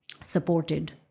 supported